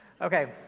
Okay